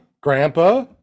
grandpa